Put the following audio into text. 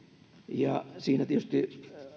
ja siinä tietysti